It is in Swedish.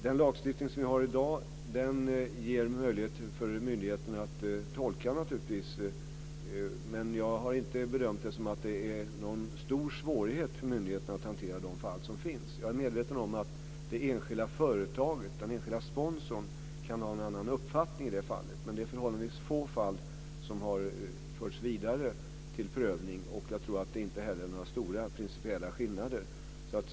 Den lagstiftning som vi har i dag ger naturligtvis möjlighet för myndigheterna att tolka, men jag har inte bedömt att det är någon stor svårighet för myndigheterna att hantera de fall som finns. Jag är medveten om att det enskilda företaget, den enskilda sponsorn, kan ha en annan uppfattning. Men det är förhållandevis få fall som har förts vidare till prövning. Jag tror inte heller att det är några stora principiella skillnader.